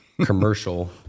commercial